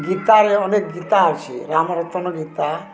ଅନେକ ଗୀତା ଅଛି ରାମ ରତନ ଗୀତା